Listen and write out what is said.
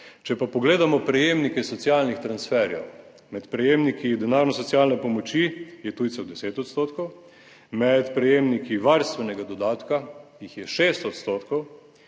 Če pa pogledamo prejemnike socialnih transferjev, med prejemniki denarno socialne pomoči je tujcev 10 %, med prejemniki varstvenega dodatka jih je 6 %